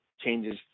changes